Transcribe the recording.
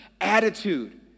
attitude